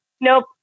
nope